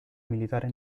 militare